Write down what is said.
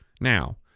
Now